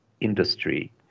industry